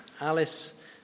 Alice